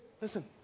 listen